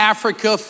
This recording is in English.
Africa